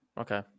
okay